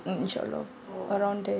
mm inshallah around there